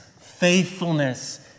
faithfulness